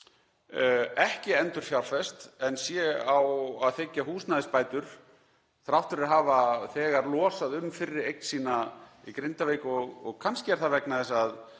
ekki endurfjárfest en sé að þiggja húsnæðisbætur þrátt fyrir hafa þegar losað um fyrri eign sína í Grindavík. Kannski er það vegna þess að